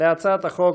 להצעת החוק,